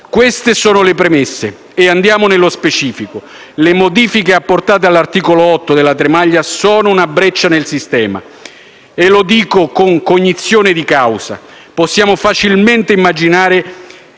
Queste sono le premesse, ma andiamo nello specifico. Le modifiche apportate all'articolo 8 della cosiddetta legge Tremaglia sono una breccia nel sistema, e lo dico con cognizione di causa. Possiamo facilmente immaginare